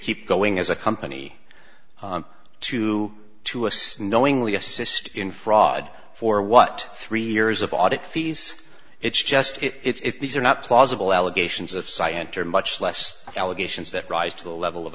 keep going as a company to to assess knowingly assist in fraud for what three years of audit fees it's just it's these are not plausible allegations of site enter much less allegations that rise to the level of